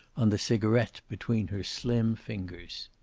on the cigaret between her slim fingers.